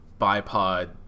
bipod